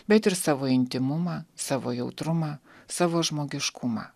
bet ir savo intymumą savo jautrumą savo žmogiškumą